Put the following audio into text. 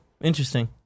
interesting